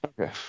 Okay